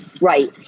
right